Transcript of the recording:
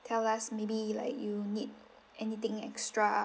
tell us maybe like you need anything extra